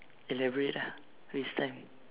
elaborate lah waste time